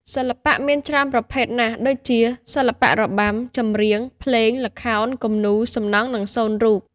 សិល្បៈមានច្រើនប្រភេទណាស់ដូចជា សិល្បៈរបាំ ចម្រៀង ភ្លេង ល្ខោន គំនូរ សំណង់ សូនរូប។